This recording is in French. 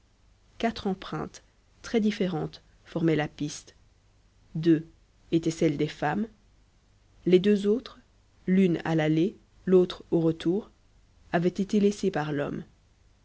quatre empreintes très différentes formaient la piste deux étaient celles des femmes les deux autres l'une à l'aller l'autre au retour avaient été laissées par l'homme